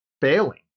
failing